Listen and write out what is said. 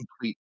complete